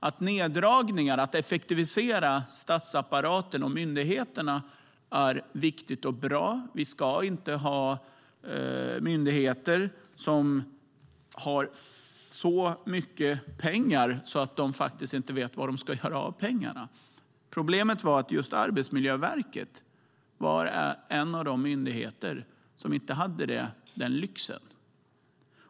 Att effektivisera statsapparaten och myndigheterna är viktigt och bra. Det ska inte finnas myndigheter som har så mycket pengar att de faktiskt inte vet vad de ska göra med dem. Problemet var att just Arbetsmiljöverket var en av de myndigheter som inte hade den lyxen.